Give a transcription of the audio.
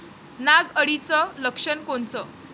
नाग अळीचं लक्षण कोनचं?